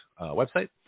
website